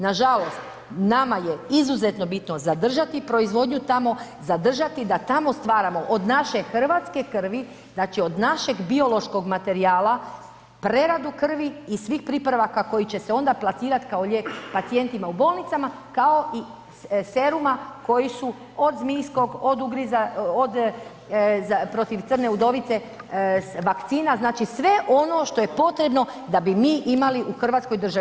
Nažalost nama je izuzetno bitno zadržati proizvodnju tamo, zadržati da tamo stvaramo od naše hrvatske krvi, znači od našeg biološkog materijala, preradu krvi i svih pripravaka koji će se onda plasirati kao lijek pacijentima u bolnicama, kao i seruma koji su od zmijskog, od ugriza, od protiv crne udovice, vakcina, znači sve ono što je potrebno da bi mi imali u Hrvatskoj državi.